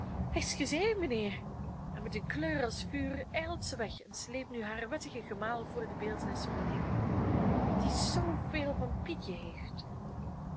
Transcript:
knevelbaard excuseer mijnheer en met een kleur als vuur ijlt zij weg en sleept nu haren wettigen gemaal voor de beeltenis van den lieven jongen die zooveel van pietje heeft